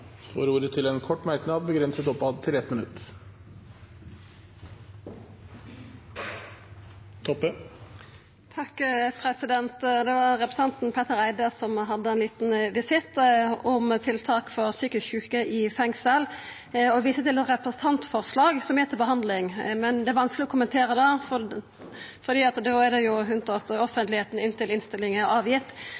får ordet til en kort merknad, begrenset til 1 minutt. Det var representanten Petter Eide som hadde ein liten visitt om tiltak for psykisk sjuke i fengsel, og som viste til eit representantforslag som er til behandling. Det er vanskeleg å kommentera det, for det er jo ikkje offentleg før innstillinga er gitt. Poenget mitt var at